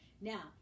Now